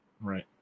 Right